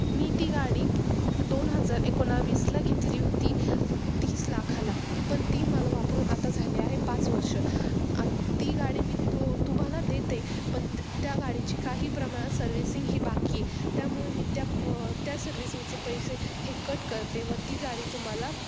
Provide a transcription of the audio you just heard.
मी ती गाडी दोन हजार एकोणावीसला घेतली होती तीस लाखाला पण ती मला वापरून आता झाले आहे पाच वर्ष आ ती गाडी मी तो तुम्हाला देते पण त्या गाडीची काही प्रमाणात सर्व्हिसिंग ही बाकी आहे त्यामुळे मी त्या त्या सर्व्हिसिंगचे पैसे हे कट करते व ती गाडी तुम्हाला